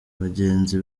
bagenzi